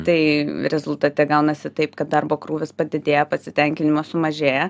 tai rezultate gaunasi taip kad darbo krūvis padidėja pasitenkinimas sumažėja